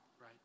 Right